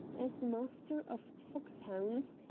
as master of fox-hounds.